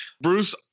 Bruce